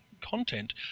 content